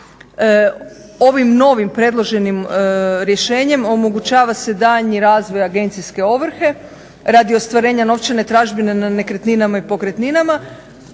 Ovim novim predloženim rješenjem omogućava se daljnji razvoj agencijske ovrhe radi ostvarenja novčane tražbine na nekretninama i pokretninama